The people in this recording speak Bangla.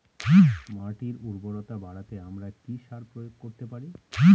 মাটির উর্বরতা বাড়াতে আমরা কি সার প্রয়োগ করতে পারি?